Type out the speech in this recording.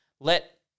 let